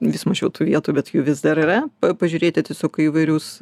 vis mažiau tų vietų bet jų vis dar yra pažiūrėti tiesiog į įvairius